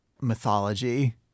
mythology